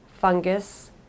fungus